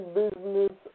business